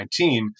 2019